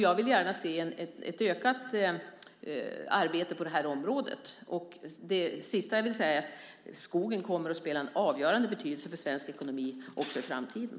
Jag vill gärna se ett ökat arbete på det här området. Det sista jag vill säga är att skogen kommer att ha en avgörande betydelse för svensk ekonomi också i framtiden.